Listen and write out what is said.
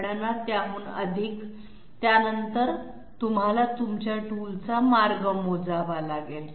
गणना त्याहून अधिक त्यानंतर तुम्हाला टूलचा मार्ग मोजावा लागेल